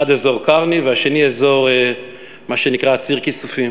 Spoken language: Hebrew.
אחד אזור קרני והשני מה שנקרא ציר כיסופים.